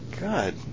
god